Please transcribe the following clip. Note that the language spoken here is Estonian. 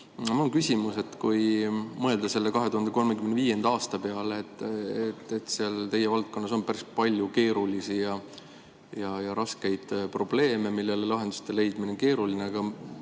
Mul on küsimus. Kui mõelda 2035. aasta peale, siis teie valdkonnas on päris palju keerulisi ja raskeid probleeme, millele lahenduste leidmine on keeruline. Mida